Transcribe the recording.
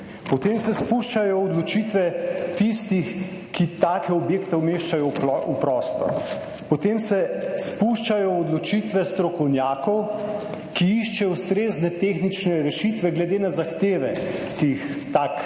potem se spuščajo v odločitve tistih, ki take objekte umeščajo v prostor, potem se spuščajo v odločitve strokovnjakov, ki iščejo ustrezne tehnične rešitve glede na zahteve, ki jih tak,